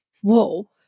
whoa